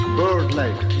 bird-like